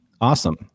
awesome